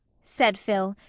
said phil,